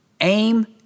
Aim